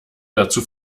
dazu